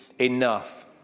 enough